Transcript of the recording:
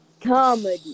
Comedy